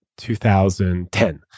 2010